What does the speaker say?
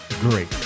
great